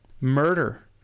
Murder